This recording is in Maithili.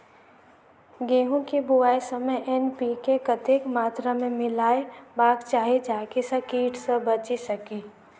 गेंहूँ केँ बुआई समय एन.पी.के कतेक मात्रा मे मिलायबाक चाहि जाहि सँ कीट सँ बचि सकी?